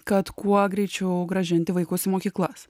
kad kuo greičiau grąžinti vaikus į mokyklas